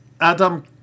Adam